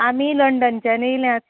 आमी लंडनच्यान येयल्यात हय